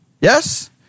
Yes